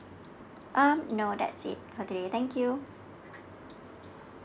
um no that's it for today thank you